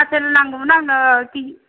apple नांगौमोन आंनो